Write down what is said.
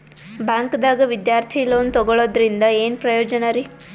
ಬ್ಯಾಂಕ್ದಾಗ ವಿದ್ಯಾರ್ಥಿ ಲೋನ್ ತೊಗೊಳದ್ರಿಂದ ಏನ್ ಪ್ರಯೋಜನ ರಿ?